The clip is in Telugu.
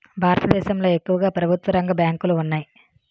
భారతదేశంలో ఎక్కువుగా ప్రభుత్వరంగ బ్యాంకులు ఉన్నాయి